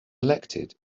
elected